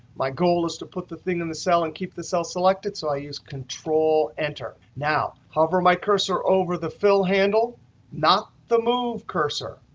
my goal is to put the thing in the cell and keep the cell selected, so i use control enter. now, hover my cursor over the fill handle not the move cursor,